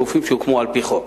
גופים שהוקמו על-פי חוק.